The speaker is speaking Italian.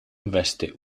investe